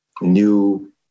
new